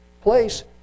place